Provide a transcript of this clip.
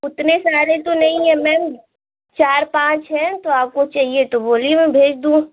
उतने सारे तो नहीं हैं मैम चार पाँच हैं तो आपको चाहिए तो बोलिए मैं भेज दूँ